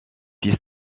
fils